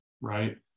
right